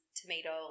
tomato